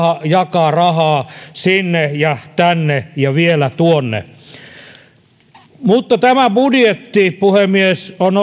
jakaa rahaa sinne ja tänne ja vielä tuonne tämä budjetti puhemies on